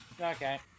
Okay